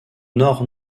nord